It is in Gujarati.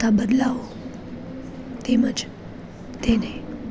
થતા બદલાવો તેમજ તેને